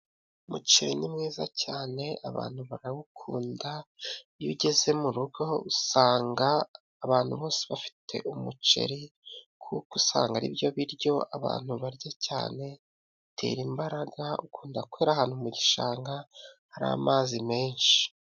Umuceri ni mwiza cyane, abantu barawukunda, iyo ugeze mu rugo, usanga abantu bose bafite umuceri, kuko usanga aribyo biryo abantu barya cyane, bitera imbaraga, ukunda kwera ahantu mu gishanga, hari amazi menshi.